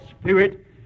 spirit